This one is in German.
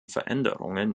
veränderungen